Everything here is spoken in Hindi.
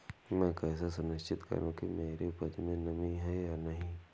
मैं कैसे सुनिश्चित करूँ कि मेरी उपज में नमी है या नहीं है?